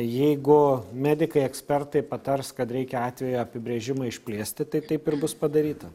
jeigu medikai ekspertai patars kad reikia atvejo apibrėžimą išplėsti tai taip ir bus padaryta